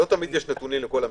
לא תמיד יש נתונים לכל המקרים.